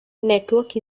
network